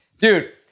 Dude